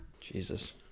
Jesus